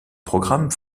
programmes